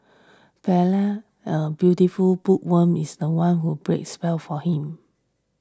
belle a beautiful bookworm is the one who will breaks spell for him